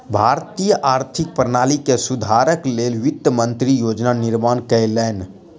भारतीय आर्थिक प्रणाली के सुधारक लेल वित्त मंत्री योजना निर्माण कयलैन